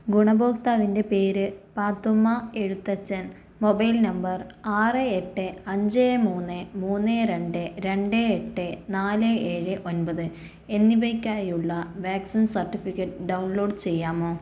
ഗുണഭോക്താവിൻ്റെ പേര് Pathumma Ezhuthachan mobile number ആറ് എട്ട് അഞ്ച് മൂന്ന് മൂന് രണ്ട് രണ്ട് എട്ട് നാല് ഏഴ് ഒൻപത് എന്നിവയ്ക്കായുള്ള വാക്സിൻ സർട്ടിഫിക്കറ്റ് ഡൗൺലോഡ് ചെയ്യാമോ